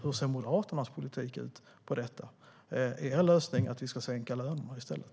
Hur ser Moderaternas politik ut? Är er lösning att vi ska sänka lönerna i stället?